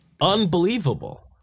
unbelievable